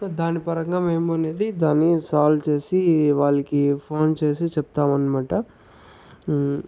so దానిపరంగా మేము అనేది దాన్ని సాల్వ్ చేసి వాళ్ళకి ఫోన్ చేసి చెప్తామనమాట